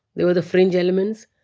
they were the fringe elements.